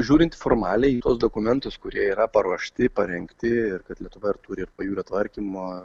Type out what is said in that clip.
žiūrint formaliai į tuos dokumentus kurie yra paruošti parengti ir kad lietuva turi pajūrio tvarkymo